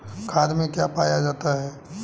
खाद में क्या पाया जाता है?